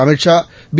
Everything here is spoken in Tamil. அமித் ஷா பி